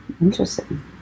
Interesting